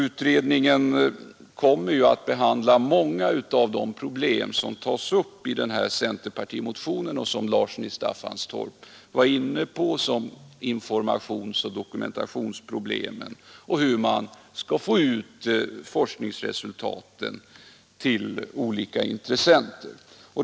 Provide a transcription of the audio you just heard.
Utredningen kommer ju att behandla många av de problem som tas upp i den här centerpartimotionen och som herr Larsson i Staffanstorp var inne på, t.ex. informationsoch dokumentationsproblemen samt frågan om hur man skall kunna föra ut forskningsresultaten till olika intressenter.